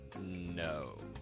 No